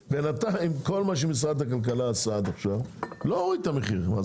בינתיים כל מה שמשרד הכלכלה עשה עד עכשיו לא הוריד את המחירים.